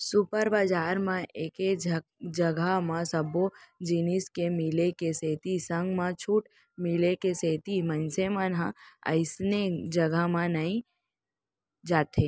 super बजार म एके जघा म सब्बो जिनिस के मिले के सेती संग म छूट मिले के सेती मनसे मन ह अइसने जघा म ही जाथे